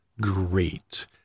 great